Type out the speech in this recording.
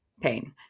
pain